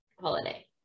holiday